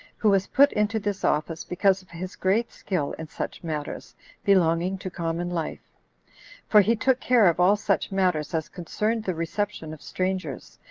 who was put into this office because of his great skill in such matters belonging to common life for he took care of all such matters as concerned the reception of strangers,